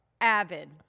Avid